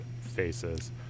faces